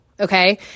Okay